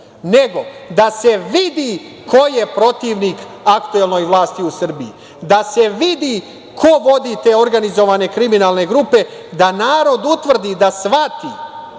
nego da se vidi ko je protivnik aktuelnoj vlasti u Srbiji, da se vidi ko vodi te organizovane kriminalne grupe, da narod utvrdi i da shvati